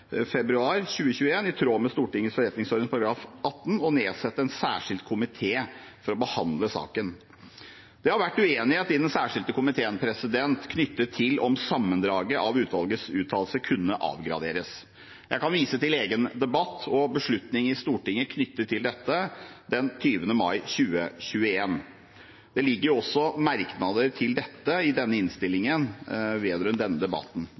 februar 2021, i tråd med Stortingets forretningsorden § 18, å nedsette en særskilt komité for å behandle saken. Det har vært uenighet i den særskilte komiteen knyttet til om sammendraget av utvalgets uttalelse kunne avgraderes. Jeg kan vise til egen debatt og beslutning i Stortinget knyttet til dette den 20. mai 2021. Det ligger også merknader i denne innstillingen vedrørende den debatten,